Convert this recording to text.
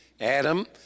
Adam